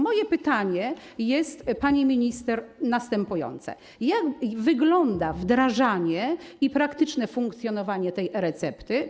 Moje pytanie jest, pani minister, następujące: Jak wygląda wdrażanie i praktyczne funkcjonowanie e-recepty?